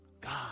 God